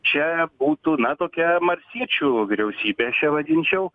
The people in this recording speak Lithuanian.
čia būtų na tokia marsiečių vyriausybė aš ją vadinčiau